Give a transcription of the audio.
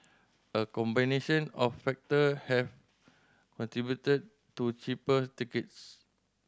a combination of factor have contributed to cheaper tickets